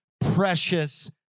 precious